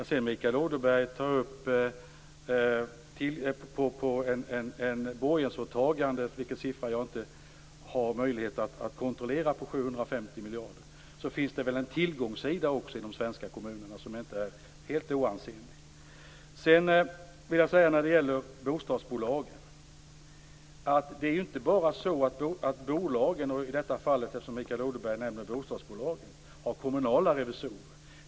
När sedan Mikael Odenberg tar upp siffran om borgensåtaganden - som jag inte har möjlighet att kontrollera - på 750 miljarder, är det väl så att det också finns en tillgångssida i de svenska kommunerna som inte är helt oansenlig? När det gäller bostadsbolagen vill jag säga att bolagen, i detta fall nämner Mikael Odenberg bostadsbolagen, inte bara har kommunala revisorer.